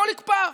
הכול יקפא.